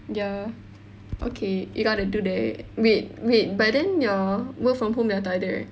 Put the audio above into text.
ya okay you got to do that wait wait but then your work from home dah tak ada eh